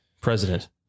president